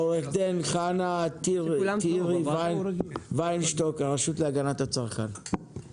עורכת הדין חנה וינשטוק טירי מהרשות להגנת הצרכן,